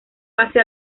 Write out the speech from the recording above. pase